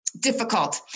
difficult